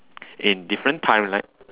in different timeline